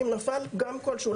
אם נפל פגם כלשהו.